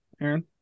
Aaron